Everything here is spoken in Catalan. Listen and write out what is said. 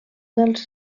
dels